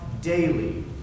daily